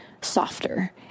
softer